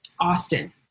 Austin